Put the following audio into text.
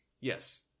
Yes